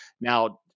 Now